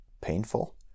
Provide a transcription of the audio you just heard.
painful